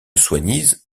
soignies